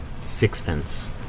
sixpence